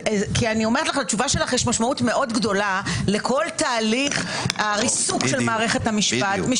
לתשובה שלך יש משמעות מאוד גדולה לכל תהליך הריסוק של מערכת המשפט.